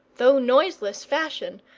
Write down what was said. though noiseless fashion,